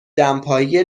دمپایی